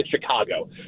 Chicago